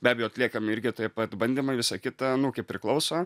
be abejo atliekami irgi taip pat bandymai visa kita nu kaip priklauso